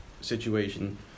situation